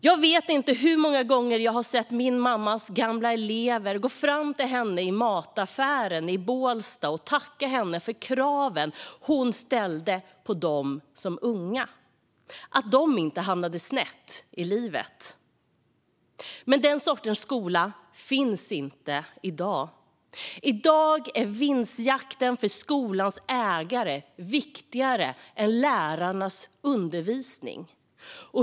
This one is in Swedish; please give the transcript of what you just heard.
Jag vet inte hur många gånger jag har sett min mammas gamla elever gå fram till henne i mataffären i Bålsta och tacka henne för kraven hon ställde på dem som unga så att de inte hamnade snett i livet. Men den sortens skola finns inte i dag. I dag är vinstjakten för skolans ägare viktigare än lärarnas undervisning.